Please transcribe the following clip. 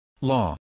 Law